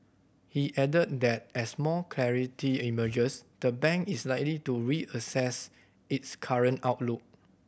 he added that as more clarity emerges the bank is likely to reassess its current outlook